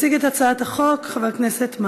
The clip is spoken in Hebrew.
יציג את הצעת החוק חבר הכנסת מרגי,